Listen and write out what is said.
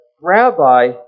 rabbi